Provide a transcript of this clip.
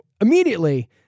immediately